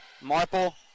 Marple